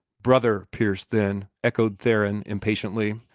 brother pierce, then! echoed theron, impatiently.